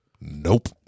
Nope